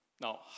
Now